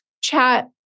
chat